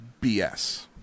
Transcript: bs